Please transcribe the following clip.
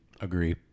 Agree